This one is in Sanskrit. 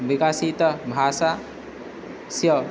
विकसिता भाषा स्य